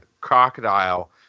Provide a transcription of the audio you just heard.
crocodile